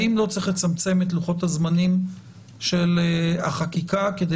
האם לא צריך לצמצם את לוחות הזמנים של החקיקה כדי